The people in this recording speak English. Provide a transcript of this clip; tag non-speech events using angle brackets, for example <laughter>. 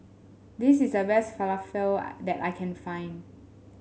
this is the best Falafel <noise> that I can find